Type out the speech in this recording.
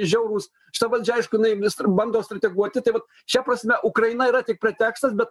žiaurūs šita valdžia aišku jinai vis dar bando strateguoti tai vat šia prasme ukraina yra tik pretekstas bet